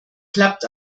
klappt